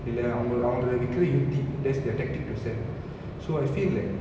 இல்ல அவங்க அவங்க விக்கிற யுக்தி:illa avanga avanga vikkira yukthi that's their tactic to stand so I feel like